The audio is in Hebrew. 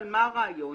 מה הרעיון?